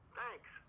Thanks